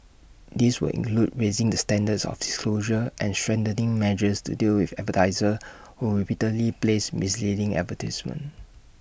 this would include raising the standards of disclosure and strengthening measures to deal with advertisers who repeatedly place misleading advertisements